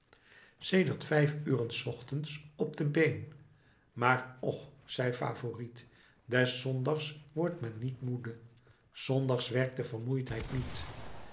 sedert vijf uren s ochtends op de been maar och zei favourite des zondags wordt men niet moede s zondags werkt de vermoeidheid niet